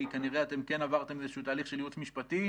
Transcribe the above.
כי כנראה אתם כן עברתם איזשהו תהליך של ייעוץ משפטי.